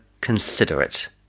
considerate